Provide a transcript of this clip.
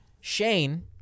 Shane